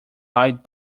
light